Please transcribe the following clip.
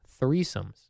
threesomes